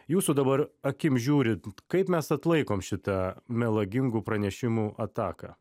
jūsų dabar akim žiūrint kaip mes atlaikom šitą melagingų pranešimų ataką